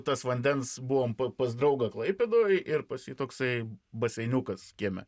tas vandens buvom p pas draugą klaipėdoj ir pas jį toksai baseiniukas kieme